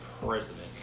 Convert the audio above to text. president